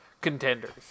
contenders